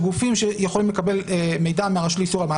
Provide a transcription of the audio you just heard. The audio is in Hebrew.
אבל אם אתם מכניסים את כל הרשויות המקומיות,